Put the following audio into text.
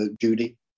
Judy